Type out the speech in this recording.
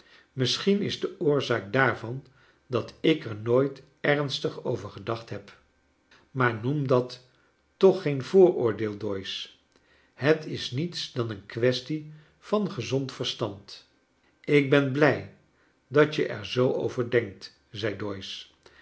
misschien is de oorzaak daarvan dat ik er nooit ernstig over gedacht heb maar noem dat toch geen vooroordeel doyce het is niets dan een kwestie van gezond verst xnd lk ben blij dat je er zoo over denkt zei